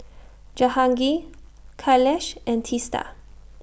Jehangirr Kailash and Teesta